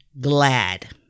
glad